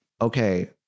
Okay